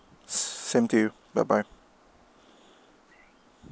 s~ same to you bye bye